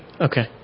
Okay